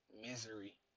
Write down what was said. misery